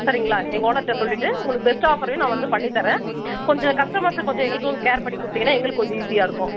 சரிங்களா எங்கள் ஓனர்ட்ட சொல்லிவிட்டு உங்களுக்கு பெஸ்ட் ஆஃபரையும் நான் வந்து பண்ணித்தர்றேன் கொஞ்சம் கஸ்டமர்ஸை கொஞ்சம் எங்களுக்கும் கேர் பண்ணி கொடுத்திங்கனா எங்களுக்கும் கொஞ்சம் ஈஸியாக இருக்கும்